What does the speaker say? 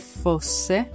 fosse